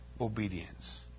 obedience